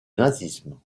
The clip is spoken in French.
nazisme